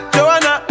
Joanna